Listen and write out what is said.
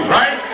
right